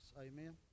Amen